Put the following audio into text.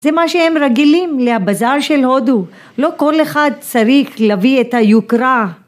‫זה מה שהם רגילים לבזאר של הודו, ‫לא כל אחד צריך להביא את היוקרה.